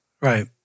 Right